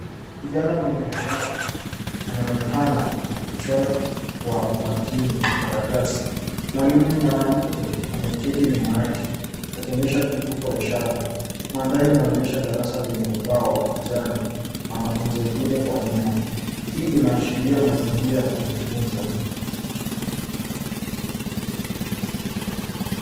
Kijana mwenye ulemavu anaonekana akichora kwa umakini kwa karatasi. Mwalimu mwanamke ameketi nyuma yake akionyesha kitu kwa ishara. Mandhari inaonyesha darasa lenye ubao wa kijani na wanafunzi wengine kwa nyuma. Hii inaashiria mazingira ya kujifunza.